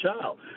child